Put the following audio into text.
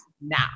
now